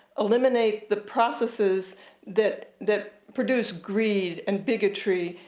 eliminate the processes that that produce greed, and bigotry,